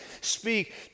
speak